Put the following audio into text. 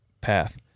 path